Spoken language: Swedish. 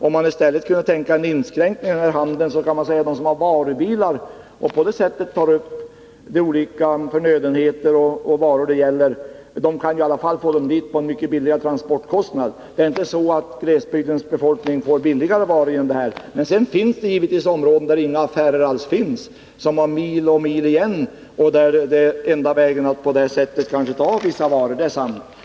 Man kunde i stället tänka sig en inskränkning i denna handel och låta dem som har varubilar ta med olika förnödenheter och varor i dessa. De kan i alla fall frakta varorna till mycket lägre transportkostnader, även om inte glesbygdens befolkning generellt får billigare varor genom detta. Men det finns givetvis också områden där det inte alls finns några affärer, där det är milslånga avstånd och där posten är det enda sättet att få hem vissa varor — det är sant.